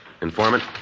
Informant